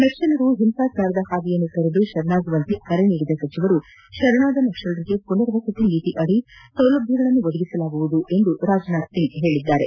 ನಕ್ಸಲರು ಹಿಂಸಾಚಾರದ ಹಾದಿಯನ್ನು ತೊರೆದು ಶರಣಾಗುವಂತೆ ಕರೆ ನೀಡಿದ ಸಚಿವರು ಶರಣಾದ ನಕ್ಸಲರಿಗೆ ಪುನರ್ ವಸತಿ ನೀತಿಯಡಿ ಸೌಲಭ್ದಗಳನ್ನು ಒದಗಿಸಲಾಗುವುದು ಎಂದು ರಾಜನಾಥ್ ಸಿಂಗ್ ಹೇಳಿದ್ದಾರೆ